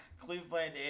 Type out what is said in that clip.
Cleveland